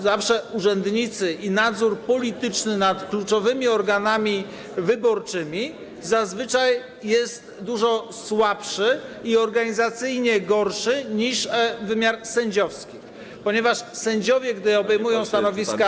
Zawsze urzędnicy... nadzór polityczny nad kluczowymi organami wyborczymi zazwyczaj jest dużo słabszy i organizacyjnie gorszy niż wymiar sędziowski, ponieważ sędziowie, gdy obejmują stanowiska.